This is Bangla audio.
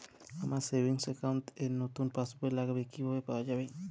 আমার সেভিংস অ্যাকাউন্ট র নতুন পাসবই লাগবে কিভাবে পাওয়া যাবে?